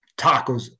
tacos